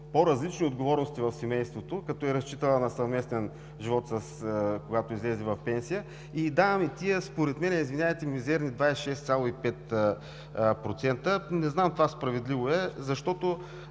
по-различни отговорности в семейството, като е разчитала на съвместен живот, когато излезе в пенсия. Даваме ѝ тези мизерни според мен 26,5%. Не знам това справедливо ли е?! Защото